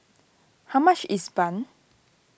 how much is Bun